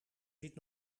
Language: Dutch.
zit